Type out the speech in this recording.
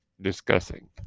discussing